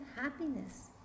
happiness